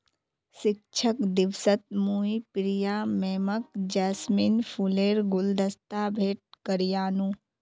शिक्षक दिवसत मुई प्रिया मैमक जैस्मिन फूलेर गुलदस्ता भेंट करयानू